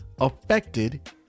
affected